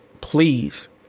please